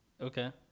Okay